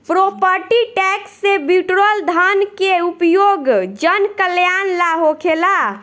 property tax से बिटोरल धन के उपयोग जनकल्यान ला होखेला